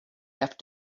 have